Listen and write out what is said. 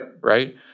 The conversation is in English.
right